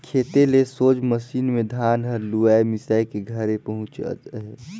खेते ले सोझ मसीन मे धान हर लुवाए मिसाए के घरे पहुचत अहे